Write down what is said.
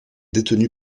détenue